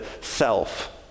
self